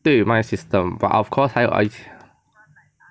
对卖 system but of course 还有